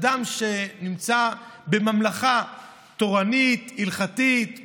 אדם שנמצא בממלכה תורנית-הלכתית,